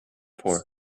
poor